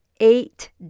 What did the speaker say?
eight